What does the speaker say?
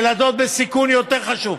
ילדות בסיכון יותר חשובות.